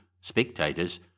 spectators